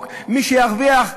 מי שירוויח,